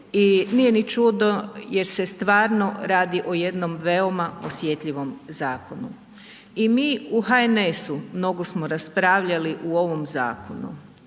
nije ni čudo jer se stvarno radi o jednom veoma osjetljivom zakonu. I mi u HNS-u mnogo smo raspravljali u ovom zakonu,